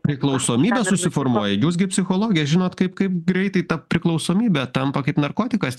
priklausomybė susiformuoja jūs gi psichologė žinot kaip kaip greitai ta priklausomybė tampa kaip narkotikas